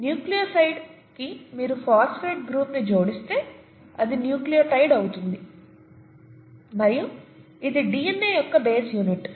న్యూక్లియోసైడ్కి మీరు phosphate group ని జోడిస్తే అది న్యూక్లియోటైడ్ అవుతుంది మరియు ఇది డిఎన్ఏ యొక్క బేస్ యూనిట్